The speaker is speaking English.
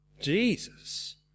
Jesus